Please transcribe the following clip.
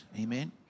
Amen